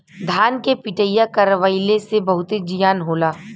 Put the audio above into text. धान के पिटईया करवइले से बहुते जियान होला